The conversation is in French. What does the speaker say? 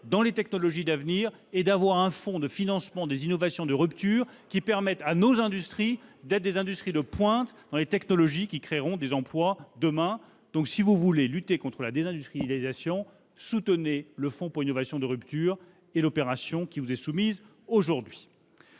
dans les technologies d'avenir et d'avoir un fonds de financement des innovations de rupture qui permette à nos industries d'être à la pointe des technologies qui créeront des emplois demain. Si vous voulez lutter contre la désindustrialisation, soutenez le fonds pour l'innovation de rupture et l'opération qui vous est soumise aujourd'hui